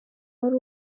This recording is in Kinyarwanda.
wari